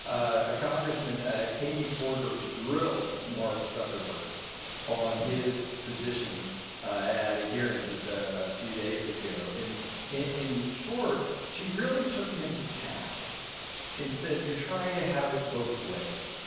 a a congressman katie porter grilled mark zuckerberg on his position at a hearing just a a few days ago. in in short, she really took him to task and said you're trying to have it both ways,